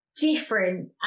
different